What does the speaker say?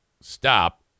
stop